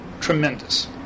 tremendous